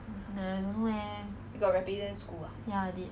小小角色 [what] 就是那种那种